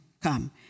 come